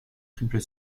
triple